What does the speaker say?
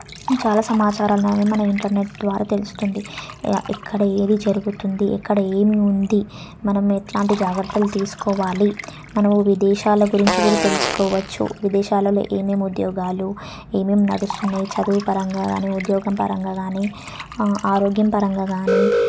చాలా సమాచారాన్ని అనేది మనం ఇంటర్నెట్ ద్వారా తెలుస్తుంది ఇక ఇక్కడ ఏది జరుగుతుంది ఇక్కడ ఏమి ఉంది మనము ఎట్లాంటి జాగ్రత్తలు తీసుకోవాలి మనము విదేశాల గురించి కూడా తెలుసుకోవచ్చు విదేశాలలో ఏమేమి ఉద్యోగాలు ఏమేం నడుస్తున్నాయి చదువు పరంగా కానీ ఉద్యోగం పరంగా కానీ ఆరోగ్యం పరంగా కానీ